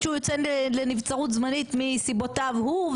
שהוא יוצא לנבצרות זמנית מסיבותיו הוא,